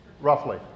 Roughly